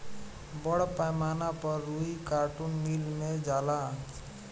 बड़ पैमाना पर रुई कार्टुन मिल मे जाला